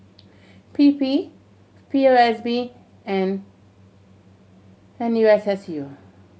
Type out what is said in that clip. P P P O S B and N U S S U